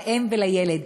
"לאם ולילד".